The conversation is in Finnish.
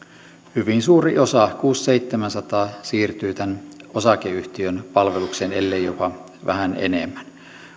hyvin suuri osa kuusisataa viiva seitsemänsataa siirtyy tämän osakeyhtiön palvelukseen ellei jopa vähän enemmän